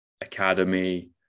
academy